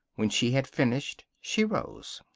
when she had finished she rose.